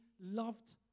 loved